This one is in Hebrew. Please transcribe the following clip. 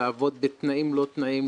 לעבוד בתנאים לא תנאים,